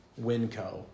Winco